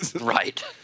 Right